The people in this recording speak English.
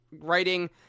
writing